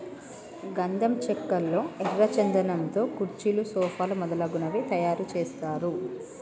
గంధం చెక్కల్లో ఎర్ర చందనం తో కుర్చీలు సోఫాలు మొదలగునవి తయారు చేస్తారు